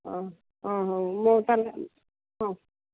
ହଁ ହଁ ହେଉ ମୁଁ ତାହାଲେ ହଁ